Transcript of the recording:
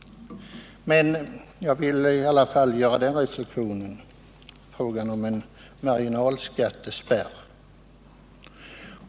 Låt mig i alla fall göra följande reflexion i frågan om en marginalskattespärr.